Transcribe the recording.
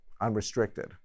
unrestricted